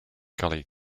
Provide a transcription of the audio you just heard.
gully